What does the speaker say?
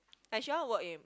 I shouldn't work in